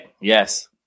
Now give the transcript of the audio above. yes